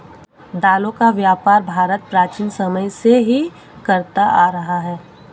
दालों का व्यापार भारत प्राचीन समय से ही करता आ रहा है